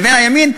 לבין הימין,